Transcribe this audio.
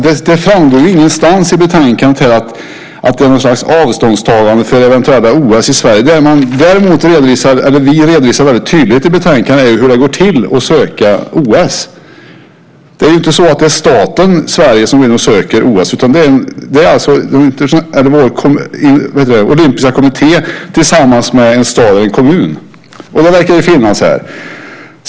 Det framgår ingenstans i betänkandet att det finns något slags avståndstagande mot eventuella OS i Sverige. Det vi däremot redovisar tydligt i betänkandet är hur det går till att söka OS. Det är inte staten Sverige som söker OS, utan det är vår olympiska kommitté tillsammans med en stad eller kommun. Det verkar finnas här.